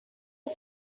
are